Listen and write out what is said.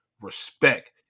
respect